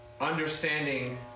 understanding